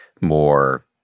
more